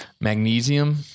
magnesium